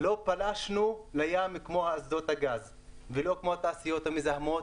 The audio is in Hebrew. לא פלשנו לים כמו אסדות הגז ולא כמו התעשיות המזהמות